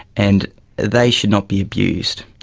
and they should not be abused.